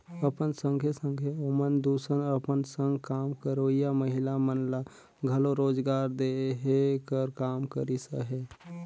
अपन संघे संघे ओमन दूसर अपन संग काम करोइया महिला मन ल घलो रोजगार देहे कर काम करिस अहे